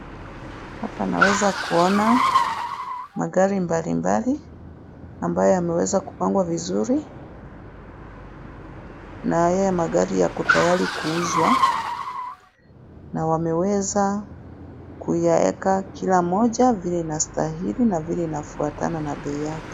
Hapa naweza kuona magari mbalimbali ambayo yameweza kupangwa vizuri na haya magari yako tayari kuuzwa wameweza kuyaeka kila moja vile inastahili na vile inafuatana na bei yake.